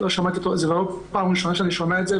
זו לא פעם הראשונה שאני שומע את זה,